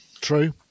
True